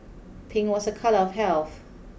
pink was a colour of health